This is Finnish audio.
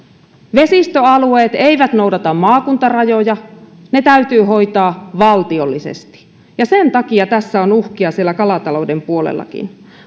vesistöalueet eivät noudata maakuntarajoja ja ne täytyy hoitaa valtiollisesti sen takia tässä on uhkia siellä kalatalouden puolellakin